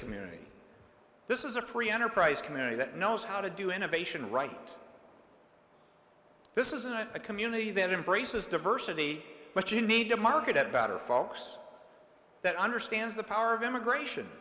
community this is a free enterprise community that knows how to do innovation right this isn't a community that embraces diversity but you need a market at better folks that understands the power of immigration